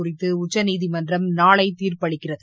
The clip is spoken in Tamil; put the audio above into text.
குறித்து உச்சநீதிமன்றம் நாளை தீர்ப்பளிக்கிறது